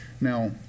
Now